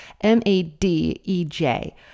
M-A-D-E-J